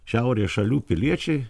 šiaurės šalių piliečiai